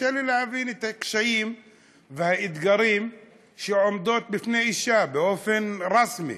קשה לי להבין את הקשיים והאתגרים שעומדים בפני אישה באופן רשמי.